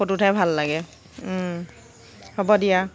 ফটোতহে ভাল লাগে হ'ব দিয়া